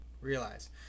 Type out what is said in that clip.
realize